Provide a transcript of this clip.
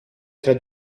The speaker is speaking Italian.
tra